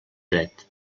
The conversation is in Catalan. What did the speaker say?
dret